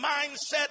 mindset